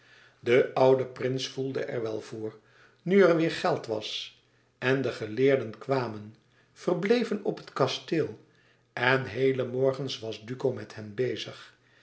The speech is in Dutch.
de oude prins voelde er wel voor nu er weêr geld was en de geleerden kwamen verbleven op het kasteel en heele morgens was duco met hen bezig